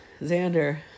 xander